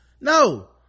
No